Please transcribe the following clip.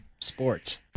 sports